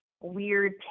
weird